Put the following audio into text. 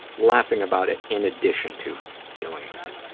laughing about it in addition to dealing with it.